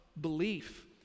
belief